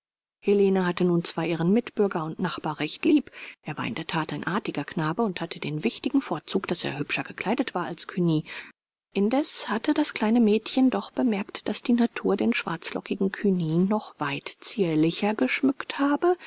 helene hatte nun zwar ihren mitbürger und nachbar recht lieb er war in der that ein artiger knabe und hatte den wichtigen vorzug daß er hübscher gekleidet war als cugny indessen hatte das kleine mädchen doch bemerkt daß die natur den schwarzlockigen cugny noch weit zierlicher geschmückt habe